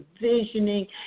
visioning